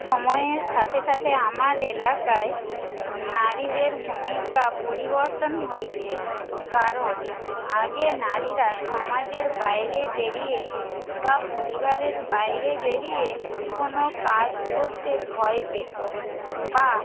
সময়ের সাথে সাথে আমার এলাকায় নারীদের ভূমিকা পরিবর্তন হয়েছে কারণ আগে নারীরা সমাজের বাইরে বেরিয়ে বা পরিবারের বাইরে বেরিয়ে কোনো কাজ করতে ভয় পেতো বা